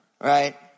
Right